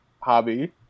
hobby